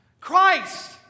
Christ